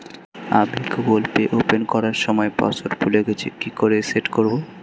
আমি Google Pay open করার সময় পাসওয়ার্ড ভুলে গেছি কি করে সেট করব?